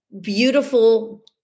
beautiful